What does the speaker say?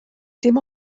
dim